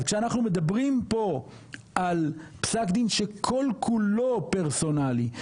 אז כשאנחנו מדברים פה על פסק דין שכל כולו פרסונלי,